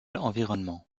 environnement